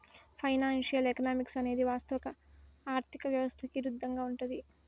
financial economics అనేది వాస్తవ ఆర్థిక వ్యవస్థకి ఇరుద్దంగా ఉంటది